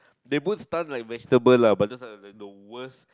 they put stun like vegetable lah but just wanna say the worst